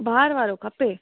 ॿाहिरि वारो खपे